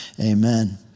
Amen